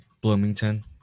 Bloomington